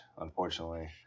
Unfortunately